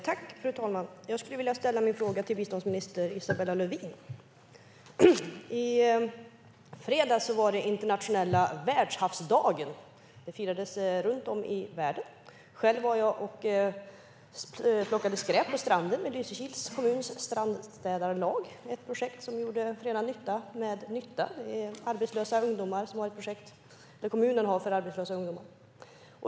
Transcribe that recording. Fru talman! Jag skulle vilja ställa min fråga till biståndsminister Isabella Lövin. I fredags var det Internationella världshavsdagen. Det firades runt om i världen. Jag plockade skräp på stranden med Lysekils kommuns strandstädarlag, ett projekt som förenar nytta med nytta. Det är ett projekt som kommunen har för arbetslösa ungdomar.